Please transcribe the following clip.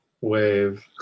wave